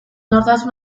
nortasun